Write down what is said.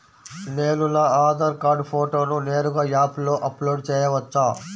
నేను నా ఆధార్ కార్డ్ ఫోటోను నేరుగా యాప్లో అప్లోడ్ చేయవచ్చా?